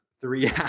three